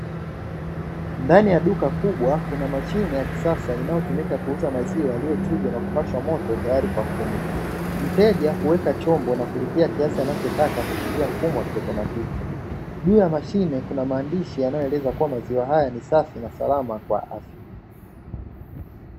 Ndani ya duka kubwa kuna mashine ya kisasa inayotumika kuuza maziwa yaliyochujwa na kupashwa moto tayari kwa kunywa. Mteja huweka chombo na kulipia kiasi anachotaka kupitia mfumo wa kiautomatiki. Juu ya mashine kuna maandishi yanayoeleza kuwa maziwa haya ni safi na salama kwa afya.